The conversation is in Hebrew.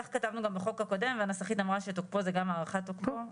כך כתבנו גם בחוק הקודם והנסחית אמרה שתוקפו זה גם הארכת תוקפו,